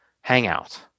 Hangout